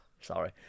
sorry